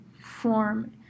form